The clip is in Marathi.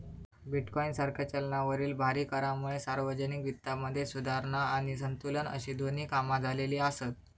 बिटकॉइन सारख्या चलनावरील भारी करांमुळे सार्वजनिक वित्तामध्ये सुधारणा आणि संतुलन अशी दोन्ही कामा झालेली आसत